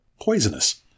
poisonous